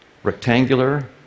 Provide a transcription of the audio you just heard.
rectangular